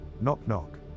knock-knock